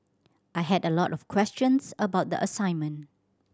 I had a lot of questions about the assignment